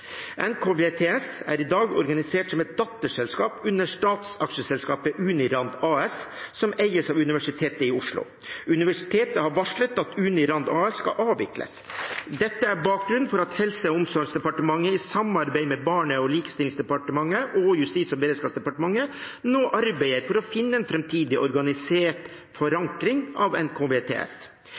NKVTS er i dag organisert som et datterselskap under statsaksjeselskapet Unirand AS, som eies av Universitetet i Oslo. Universitetet har varslet at Unirand AS skal avvikles. Dette er bakgrunnen for at Helse- og omsorgsdepartementet, i samarbeid med Barne- og likestillingsdepartementet og Justis- og beredskapsdepartementet, nå arbeider for å finne en framtidig organisert forankring av NKVTS.